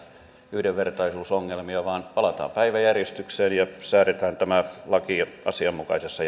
yhdenvertaisuusongelmia vaan palataan päiväjärjestykseen ja säädetään tämä laki asianmukaisessa